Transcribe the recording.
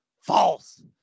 False